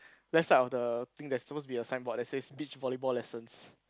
left side of the thing there's supposed to be a sign board that says beach volleyball lessons